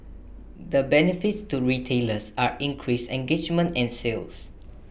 the benefits to retailers are increased engagement and sales